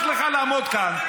אבל נוח לך לעמוד כאן,